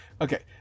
Okay